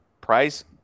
price